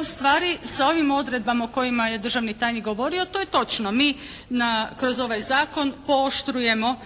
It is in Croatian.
ustvari s ovim odredbama o kojima je državni tajnik govorio, to je točno. Mi kroz ovaj zakon pooštrujemo